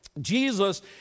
Jesus